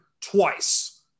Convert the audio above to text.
twice